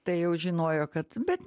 tai jau žinojo kad bet